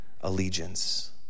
allegiance